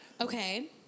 Okay